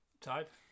Type